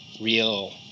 real